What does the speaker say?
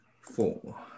four